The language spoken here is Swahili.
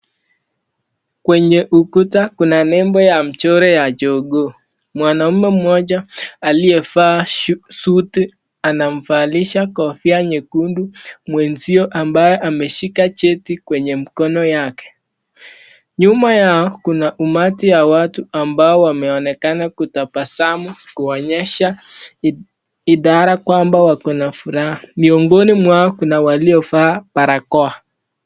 Kwenye ukuta kuna nembo ya mchoro ya jogoo. Mwanaume mmoja aliyefaa suti anamvalisha kofia nyekundu mwenzio ambaye ameshika cheti kwenye mkono yake. Nyuma yao kuna umati ya watu ambao wameonekana kutabasamu kuonyesha idhara kwamba wako na furaha. Miongoni mwao kuna waliofaa barakoa.